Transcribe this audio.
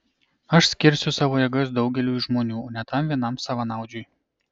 aš skirsiu savo jėgas daugeliui žmonių o ne tam vienam savanaudžiui